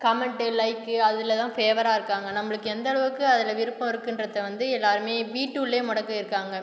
comment like அதில் தான் ஃபேவராக இருக்காங்க நம்பளுக்கு எந்தளவுக்கு அதில் விருப்பம் இருக்குன்றது வந்து எல்லாருமே வீட்டுள்ளேயே மொடங்கி இருக்காங்க